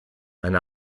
ein